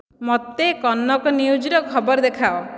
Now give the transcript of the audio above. ମୋତେ କନକ ନ୍ୟୁଜ୍ର ଖବର ଦେଖାଅ